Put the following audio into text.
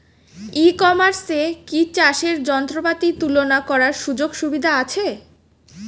ই কমার্সে কি চাষের যন্ত্রপাতি তুলনা করার সুযোগ সুবিধা আছে?